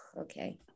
Okay